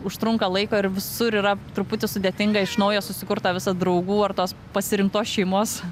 užtrunka laiko ir visur yra truputį sudėtinga iš naujo susikurt tą visą draugų ar tos pasirinktos šeimos